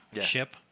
ship